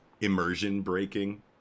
immersion-breaking